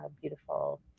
beautiful